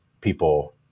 people